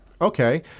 Okay